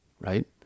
right